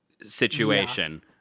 situation